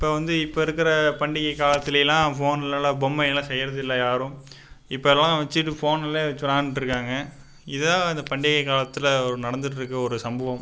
இப்போ வந்து இப்போ இருக்கிற பண்டிகை காலத்திலேலாம் ஃபோன்லலாம் பொம்மையெல்லாம் செய்கிறதில்ல யாரும் இப்போலாம் வச்சிட்டு ஃபோன்லே வச்சி விளையாண்டுட்ருக்காங்க இதுதான் இந்த பண்டிகை காலத்தில் நடந்துட்டிருக்க ஒரு சம்பவம்